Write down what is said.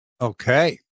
Okay